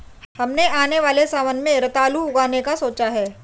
हमने आने वाले सावन में रतालू उगाने का सोचा है